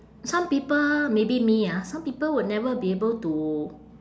some people maybe me ah some people would never be able to